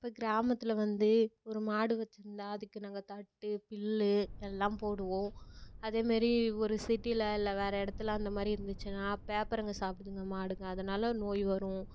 இப்போ கிராமத்தில் வந்து ஒரு மாடு வச்சுருந்தா அதுக்கு நாங்கள் தட்டு பில்லு எல்லாம் போடுவோம் அதேமாரி ஒரு சிட்டியில் இல்லை வேறு இடத்துல அந்தமாதிரி இருந்துச்சுனா பேப்பருங்க சாப்பிடுதுங்க மாடுங்க அதனால் நோய் வரும்